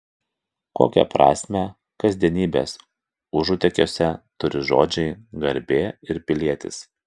kokią prasmę kasdienybės užutėkiuose turi žodžiai garbė ir pilietis